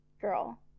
girl